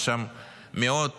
יש שם מאות